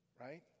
right